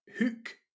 Hook